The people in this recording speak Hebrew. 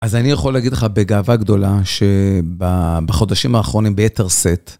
אז אני יכול להגיד לך בגאווה גדולה שבחודשים האחרונים ביתר שאת.